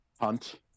hunt